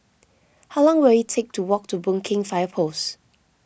how long will it take to walk to Boon Keng Fire Post